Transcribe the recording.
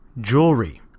Jewelry